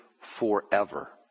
forever